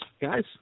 guys